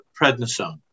prednisone